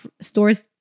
stores